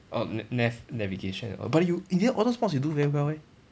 orh n~ nav~ navigation but you in the end all those mods you do very well eh